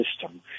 system